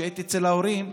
כשהייתי אצל ההורים,